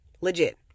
Legit